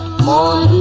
la